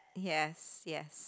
yes yes